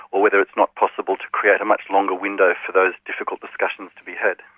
or whether it's not possible to create a much longer window for those difficult discussions to be had.